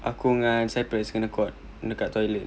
aku dengan cyprus kena caught kena kat toilet